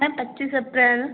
ma'am पच्चीस अप्रैल